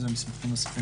חוק ומשפט.